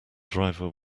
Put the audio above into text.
driver